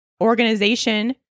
organization